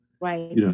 Right